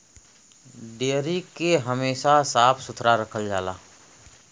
dairy के हमेशा साफ सुथरा रखल जाला